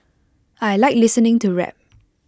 I Like listening to rap